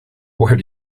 where